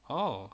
oh